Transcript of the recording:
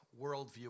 worldview